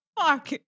Fuck